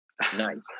Nice